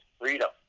freedom